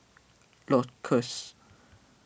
Lacoste